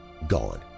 Gone